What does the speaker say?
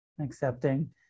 Accepting